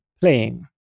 playing